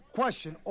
question